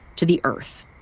to the earth.